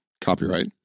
copyright